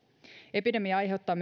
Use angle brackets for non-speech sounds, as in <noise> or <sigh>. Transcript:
epidemia aiheuttaa <unintelligible>